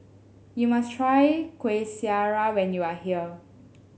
you must try Kueh Syara when you are here